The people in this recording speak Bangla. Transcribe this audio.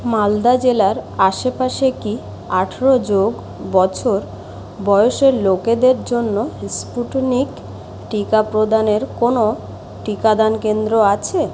মালদা জেলার আশেপাশে কি আঠেরো যোগ বছর বয়সের লোকেদের জন্য স্পুটনিক টিকা প্রদানের কোনও টিকাদান কেন্দ্র আছে